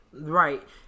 Right